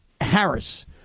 Harris